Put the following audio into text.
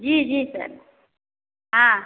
जी जी सर हाँ